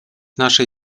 naszej